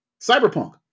Cyberpunk